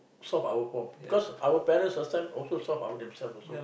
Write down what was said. solve our problem cause our parents last time also solve out themselves also